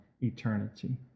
eternity